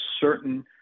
certain